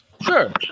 sure